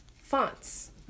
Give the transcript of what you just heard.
fonts